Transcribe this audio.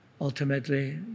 Ultimately